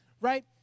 Right